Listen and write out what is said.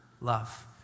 love